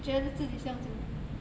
觉得自己像什么